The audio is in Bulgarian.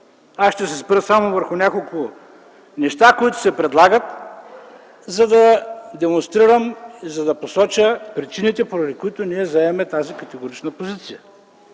Аз ще се спра само върху няколко неща, които се предлагат, за да демонстрирам и да посоча причините, поради които ние заемаме тази категорична позиция.